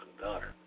daughter